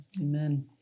amen